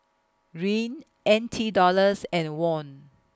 Riel N T Dollars and Won